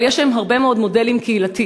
אבל יש לנו הרבה מאוד מודלים קהילתיים,